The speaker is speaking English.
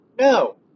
no